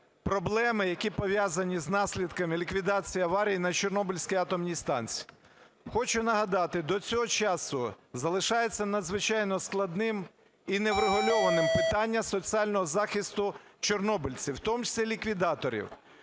проблеми, які пов'язані з наслідками ліквідації аварії на Чорнобильській атомній станції. Хочу нагадати, до цього часу залишається надзвичайно складним і неврегульованим питання соціального захисту чорнобильців, в тому числі ліквідаторів.